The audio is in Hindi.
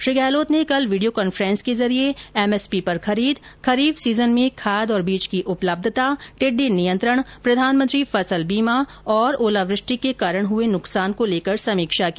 श्री गहलोत ने कल वीडियो कॉन्फ्रेंस के जरिए एमएसपी पर खरीद खरीफ सीजन में खाद और बीज की उपलब्यता टिड्डी नियंत्रण प्रधानमंत्री फसल बीमा तथा ओलावृष्टि के कारण हुए नुकसान को लेकर समीक्षा की